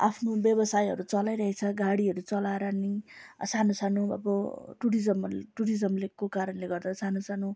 आफ्नो व्यवसायहरू चलाइरहेको छ गाडीहरू चलाएर नि सानो सानो अब टुरिज्म टुरिज्मले को कारणले गर्दा सानो सानो